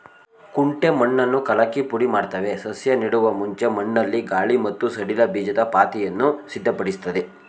ಕುಂಟೆ ಮಣ್ಣನ್ನು ಕಲಕಿ ಪುಡಿಮಾಡ್ತವೆ ಸಸ್ಯ ನೆಡುವ ಮುಂಚೆ ಮಣ್ಣಲ್ಲಿ ಗಾಳಿ ಮತ್ತು ಸಡಿಲ ಬೀಜದ ಪಾತಿಯನ್ನು ಸಿದ್ಧಪಡಿಸ್ತದೆ